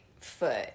foot